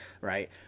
right